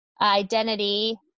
identity